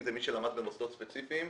זה מי שלמד במוסדות ספציפיים.